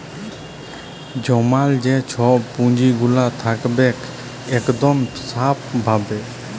জমাল যে ছব পুঁজিগুলা থ্যাকবেক ইকদম স্যাফ ভাবে